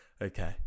Okay